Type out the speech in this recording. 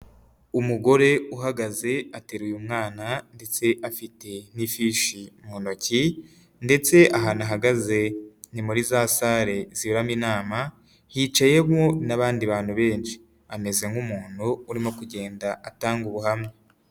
Umugore uhagaze ateruye mwana ndetse afite n'ifishi mu ntoki ndetse ahantu ahagaze ni muri za sare ziberamo inama hicayemo n'abandi bantu benshi, ameze nk'umuntu urimo kugenda atanga ubuhamya.